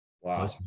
Wow